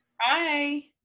Hi